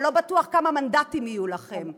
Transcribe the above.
אבל לא בטוח כמה מנדטים יהיו לכם.